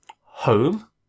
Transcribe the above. home